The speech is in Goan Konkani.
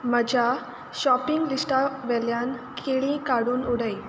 म्हज्या शॉपिंग लिस्टा वेल्यान केळीं काडून उडय